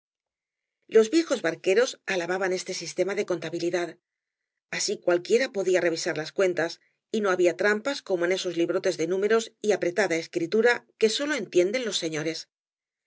los viejos barqueros alababan este sistema de contabilidad así cualquiera podía revisar las cuentas y no había trampas como en esos librotea de números y apretada escritura que sólo entien den los señores